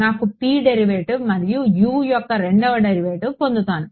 నాకు P derivative మరియు U యొక్క రెండవ డెరివేటివ్ పొందుతాను